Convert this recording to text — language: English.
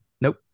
Nope